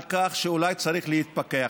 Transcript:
על כך שאולי צריך להתפכח.